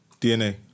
DNA